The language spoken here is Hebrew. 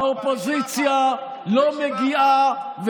האופוזיציה לא מגיעה,